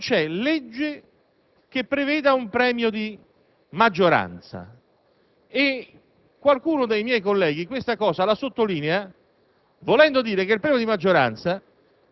che in Europa non c'è legge che preveda un premio di maggioranza e qualcuno dei miei colleghi sottolinea